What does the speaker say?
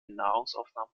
nahrungsaufnahme